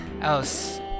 else